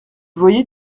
voyait